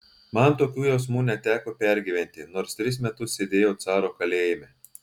man tokių jausmų neteko pergyventi nors tris metus sėdėjau caro kalėjime